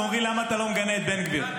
ואומרים למה אתה לא מגנה את בן גביר.